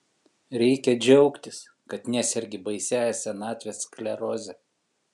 reikia džiaugtis kad nesergi baisiąja senatvės skleroze